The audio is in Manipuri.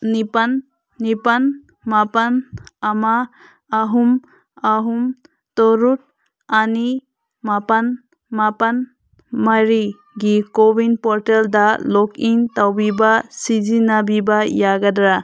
ꯅꯤꯄꯥꯜ ꯅꯤꯄꯥꯜ ꯃꯥꯄꯜ ꯑꯃ ꯑꯍꯨꯝ ꯑꯍꯨꯝ ꯇꯔꯨꯛ ꯑꯅꯤ ꯃꯥꯄꯜ ꯃꯥꯄꯜ ꯃꯔꯤꯒꯤ ꯀꯣꯋꯤꯟ ꯄꯣꯔꯇꯦꯜꯗ ꯂꯣꯛꯏꯟ ꯇꯧꯕꯤꯕ ꯁꯤꯖꯤꯟꯅꯕꯤꯕ ꯌꯥꯒꯗ꯭ꯔ